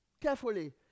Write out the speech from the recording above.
carefully